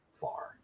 far